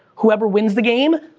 whoever wins the game,